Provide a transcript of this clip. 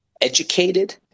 educated